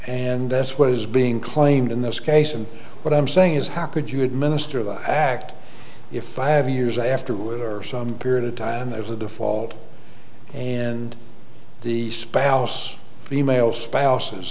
and that's what is being claimed in this case and what i'm saying is how could you administer the act if five years after were some period of time when there was a default and the spouse female spouses